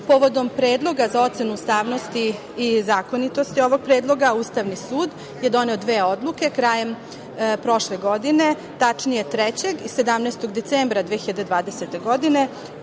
Povodom predloga za ocenu ustavnosti i zakonitosti ovog predloga, Ustavni sud je doneo dve odluke krajem prošle godine, tačnije 3. i 17. decembra 2020. godine